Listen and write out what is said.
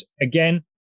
again